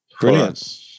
Brilliant